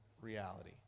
reality